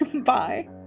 bye